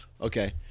Okay